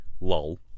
Lol